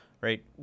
right